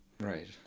Right